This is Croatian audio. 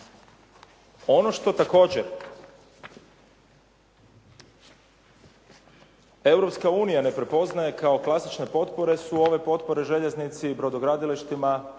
Ono što također Europska unija ne prepoznaje kao klasične potpore su ove potpore željeznici, brodogradilištima